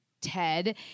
Ted